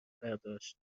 برداشت